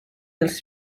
els